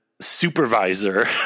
supervisor